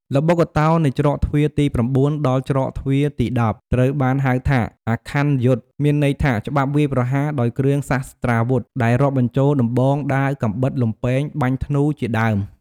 ល្បុក្កតោ នៃច្រកទ្វារទី៩ ដល់ច្រកទ្វារទី១០ ត្រូវបានហៅថា "អាខ័នយុទ្ធ" មានន័យថា ច្បាប់វាយប្រហារ ដោយគ្រឿងសាស្ត្រាវុធ ដែលរាប់បញ្ចូល ដំបង ដាវ កាំបិត លំពែង បាញ់ធ្នូរជាដើម។